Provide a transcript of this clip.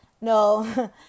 no